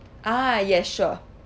ah yes sure